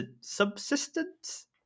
Subsistence